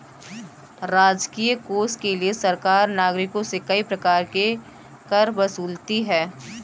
राजकीय कोष के लिए सरकार नागरिकों से कई प्रकार के कर वसूलती है